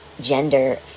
gender